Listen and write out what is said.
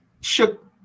shook